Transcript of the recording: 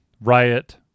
Riot